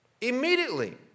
immediately